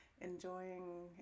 enjoying